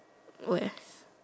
where